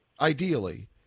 ideally